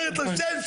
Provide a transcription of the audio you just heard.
אומרת לו: שב,